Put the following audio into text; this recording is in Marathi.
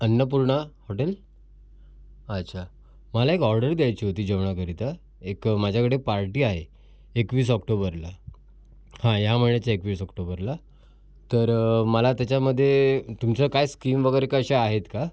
अन्नपूर्णा हॉटेल अच्छा मला एक ऑर्डर द्यायची होती जेवणाकरिता एक माझ्याकडे पार्टी आहे एकवीस ऑक्टोबरला हां या महिन्याच्या एकवीस ऑक्टोबरला तर मला त्याच्यामध्ये तुमचं काय स्कीम वगैरे कशा आहेत का